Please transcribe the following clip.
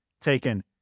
taken